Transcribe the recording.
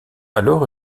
alors